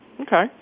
Okay